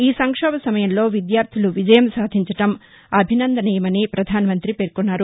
ఈ సంక్షోభ సమయంలో విద్యార్థులు విజయం సాధించడం అభిసందనీయమని ప్రధాన మంతి పేర్కొన్నారు